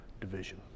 division